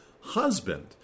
husband